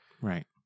right